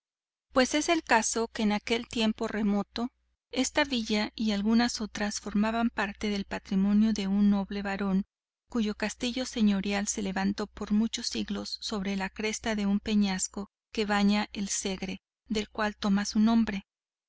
pues es el caso que en aquel tiempo remoto esta villa y algunas otras formaban parte del patrimonio de un noble barón cuyo castillo señorial se levantó por muchos siglos sobre la cresta del peñasco que baña el segre del cual toma su nombre